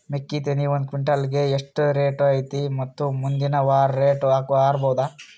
ಮೆಕ್ಕಿ ತೆನಿ ಒಂದು ಕ್ವಿಂಟಾಲ್ ಗೆ ಎಷ್ಟು ರೇಟು ಐತಿ ಮತ್ತು ಮುಂದಿನ ವಾರ ರೇಟ್ ಹಾರಬಹುದ?